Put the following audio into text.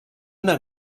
una